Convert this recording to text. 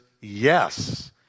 yes